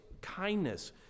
kindness